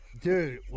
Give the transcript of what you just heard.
Dude